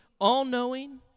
all-knowing